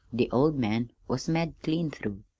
the old man was mad clean through.